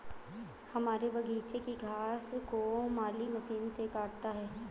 हमारे बगीचे की घास को माली मशीन से काटता है